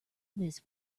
this